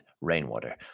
rainwater